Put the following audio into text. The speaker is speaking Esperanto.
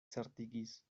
certigis